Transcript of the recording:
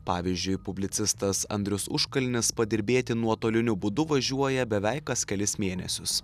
pavyzdžiui publicistas andrius užkalnis padirbėti nuotoliniu būdu važiuoja beveik kas kelis mėnesius